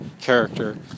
character